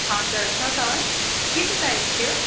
हजुर छ त के के चाहिएको थियो